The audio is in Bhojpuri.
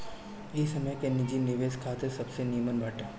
इ समय निजी निवेश खातिर सबसे निमन बाटे